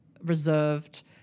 reserved